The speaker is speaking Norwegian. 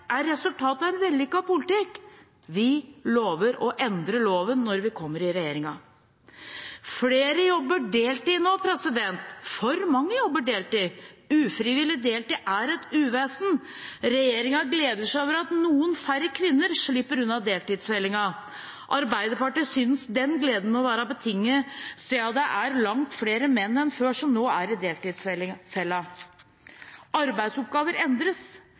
resultatet av en vellykket politikk. Vi lover å endre loven når vi kommer i regjering. Flere jobber deltid nå. For mange jobber deltid. Ufrivillig deltid er et uvesen. Regjeringen gleder seg over at noen færre kvinner slipper unna deltidsfella. Arbeiderpartiet synes den gleden må være betinget, siden det er langt flere menn enn før som nå er i deltidsfella. Arbeidsoppgaver endres,